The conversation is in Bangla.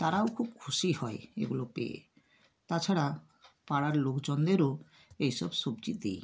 তারাও খুব খুশি হয় এগুলো পেয়ে তাছাড়া পাড়ার লোকজনদেরও এই সব সবজি দিই